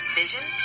vision